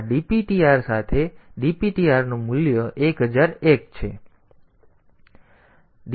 તેથી હવે આ dptr સાથે હવે dptr મૂલ્ય હવે 1001 છે